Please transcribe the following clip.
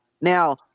now